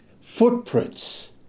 footprints